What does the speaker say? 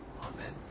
Amen